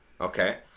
okay